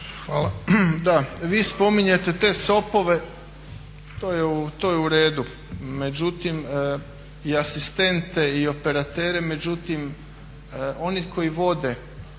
Hvala. Vi spominjete te sopove, to je uredu, međutim i asistente i operatere međutim oni koji vode